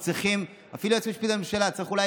מדינת ישראל צריכה ראש ממשלה חזק.